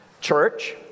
church